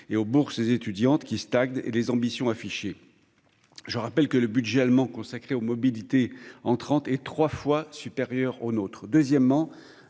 et aux bourses étudiantes, qui stagnent, et les ambitions affichées. Je rappelle que le budget allemand consacré aux mobilités entrantes est trois fois supérieur au nôtre.